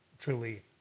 truly